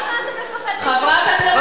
אבל, חבר הכנסת, למה אתה מפחד?